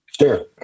sure